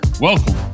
Welcome